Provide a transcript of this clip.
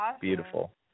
beautiful